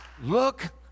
Look